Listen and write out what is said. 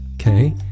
Okay